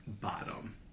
bottom